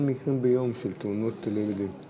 לאחר מכן, עמדה נוספת, גנאים.